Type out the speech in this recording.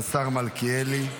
השר מלכיאלי.